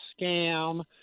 scam